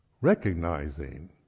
recognizing